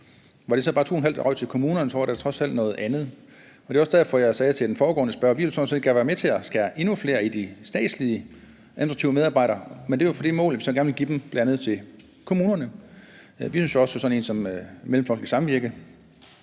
Var det så bare 2½, der røg til kommunerne, var det trods alt noget andet. Det er også derfor, at jeg sagde til den foregående spørger, at vi sådan set gerne vil være med til at skære endnu mere i de statslige administrative medarbejdere, men det er jo, fordi vi så gerne vil give dem bl.a. til kommunerne. Vi tænker jo også i forhold til sådan en organisation som Mellemfolkeligt Samvirke,